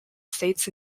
states